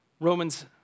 Romans